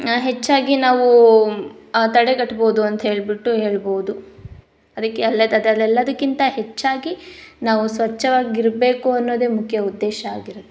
ಹೆಚ್ಚಾಗಿ ನಾವು ತಡೆಗಟ್ಬೋದು ಅಂತ ಹೇಳಿಬಿಟ್ಟು ಹೇಳಬೋದು ಅದಕ್ಕೆ ಅಲ ಅದೆಲ್ಲದಕ್ಕಿಂತ ಹೆಚ್ಚಾಗಿ ನಾವು ಸ್ವಚ್ಛವಾಗಿರಬೇಕು ಅನ್ನೋದೇ ಮುಖ್ಯ ಉದ್ದೇಶ ಆಗಿರುತ್ತೆ